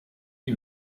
die